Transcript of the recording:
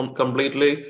completely